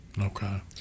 Okay